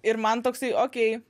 ir man toksai okėj